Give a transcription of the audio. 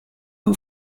who